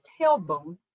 tailbone